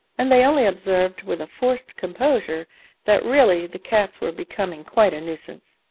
and they only observed with a forced composure that really the cats were becoming quite a nuisance.